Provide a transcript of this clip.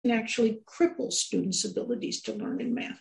‫וזה בעצם מגיע לגבי איכות הילדים ‫ללמוד במדע.